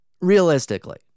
realistically